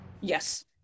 Yes